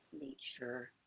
nature